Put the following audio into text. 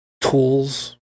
tools